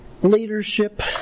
leadership